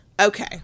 Okay